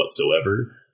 whatsoever